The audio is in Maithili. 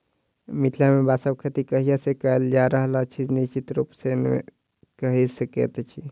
मिथिला मे बाँसक खेती कहिया सॅ कयल जा रहल अछि से निश्चित रूपसॅ नै कहि सकैत छी